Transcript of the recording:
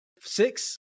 six